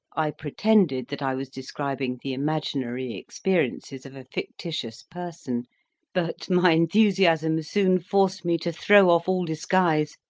i pretended that i was describing the imaginary experiences of a fictitious person but my enthusiasm soon forced me to throw off all disguise,